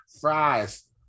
fries